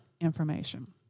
information